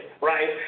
right